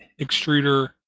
extruder